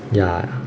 ya